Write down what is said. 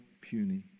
puny